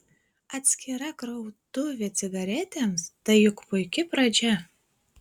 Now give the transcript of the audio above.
atskira krautuvė cigaretėms tai juk puiki pradžia